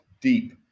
deep